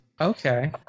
Okay